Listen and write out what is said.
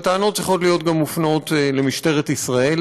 אבל הטענות צריכות להיות מופנות גם למשטרת ישראל.